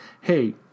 hey